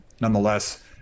Nonetheless